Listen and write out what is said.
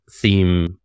theme